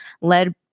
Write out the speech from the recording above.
led